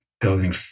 building